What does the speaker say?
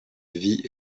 vie